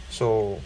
so